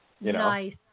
Nice